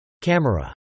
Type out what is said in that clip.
Camera